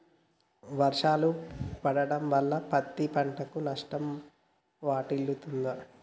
వర్షాలు పడటం వల్ల పత్తి పంటకు నష్టం వాటిల్లుతదా?